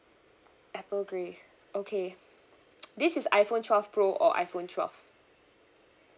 apple grey okay this is iphone twelve pro or iphone twelve